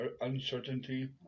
uncertainty